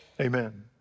Amen